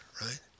right